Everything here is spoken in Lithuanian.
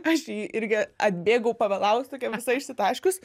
aš irgi atbėgau pavėlaus tokia visa išsitaškius